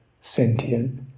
sentient